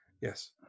Yes